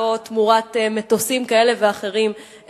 לא תמורת מטוסים כאלה ואחרים,